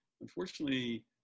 unfortunately